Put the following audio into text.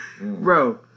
Bro